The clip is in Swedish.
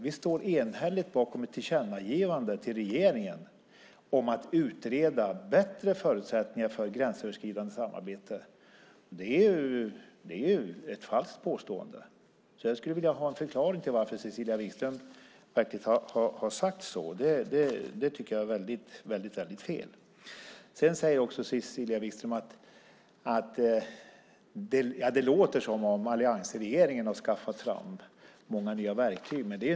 Vi står enhälligt bakom ett tillkännagivande till regeringen om att utreda bättre förutsättningar för gränsöverskridande samarbete. Cecilia Wigström kommer med ett falskt påstående. Jag skulle vilja ha en förklaring till varför Cecilia Wigström har sagt så. Det tycker jag är väldigt fel. Det låter som om alliansregeringen har skaffat fram många nya verktyg.